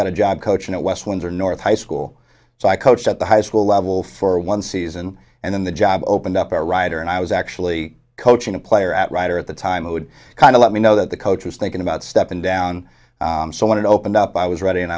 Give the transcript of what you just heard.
got a job coaching at west windsor north high school so i coached at the high school level for one season and then the job opened up a rider and i was actually coaching a player at rider at the time it would kind of let me know that the coach was thinking about stepping down so when it opened up i was ready and